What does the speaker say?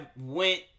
went